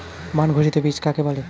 মান ঘোষিত বীজ কাকে বলে?